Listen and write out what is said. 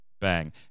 bang